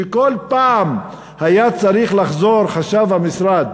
שכל פעם היה צריך לחזור חשב המשרד,